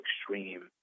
extreme